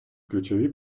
ключові